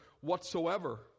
whatsoever